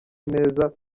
neza